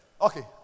okay